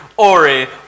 Ori